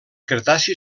cretaci